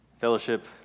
Fellowship